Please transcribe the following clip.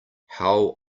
how